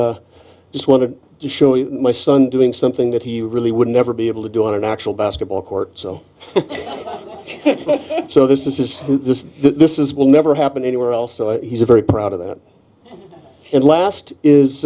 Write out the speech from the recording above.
i just want to show my son doing something that he really would never be able to do on an actual basketball court so so this is this this is will never happen anywhere else and he's a very proud of that and last is